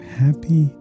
happy